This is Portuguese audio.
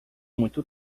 muito